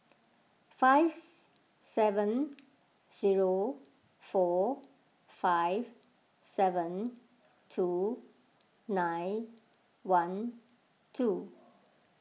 fives seven zero four five seven two nine one two